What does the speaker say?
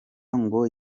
ngo